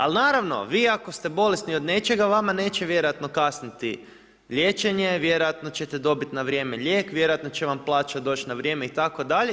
Ali naravno vi ako ste bolesni od nečega, vama neće vjerojatno kasniti liječenje, vjerojatno ćete dobiti na vrijeme lijek, vjerojatno će vam plaća doći na vrijeme itd.